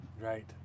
Right